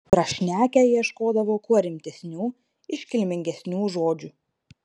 prašnekę ieškodavo kuo rimtesnių iškilmingesnių žodžių